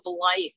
life